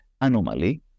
anomaly